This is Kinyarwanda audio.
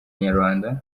inyarwanda